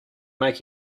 make